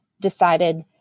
decided